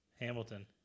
Hamilton